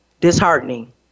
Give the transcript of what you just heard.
disheartening